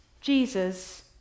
Jesus